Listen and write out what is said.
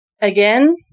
Again